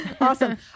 Awesome